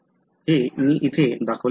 हे मी इथे दाखवले आहे